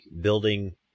building